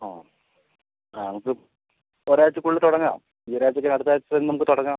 ആ ആ നമുക്ക് ഒരാഴ്ചക്കുള്ളിൽ തുടങ്ങാം ഈയൊരാഴ്ചക്കല്ല അടുത്താഴ്ച തന്നെ നമുക്ക് തുടങ്ങാം